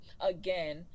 again